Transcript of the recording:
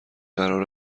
قرار